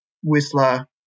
Whistler